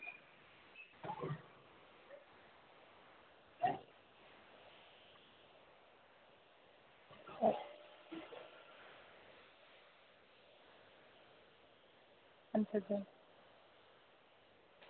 अच्छा अच्छा